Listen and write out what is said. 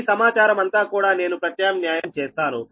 ఈ సమాచారం అంతా కూడా నేను ప్రతిక్షేపిస్తాను